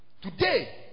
Today